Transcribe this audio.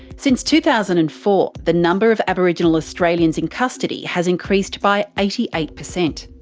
since two thousand and four, the number of aboriginal australians in custody has increased by eighty eight percent.